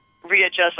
readjust